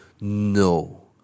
No